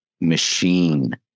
machine